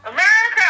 America